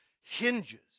hinges